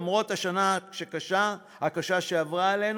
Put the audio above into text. למרות השנה הקשה שעברה עלינו,